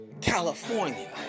California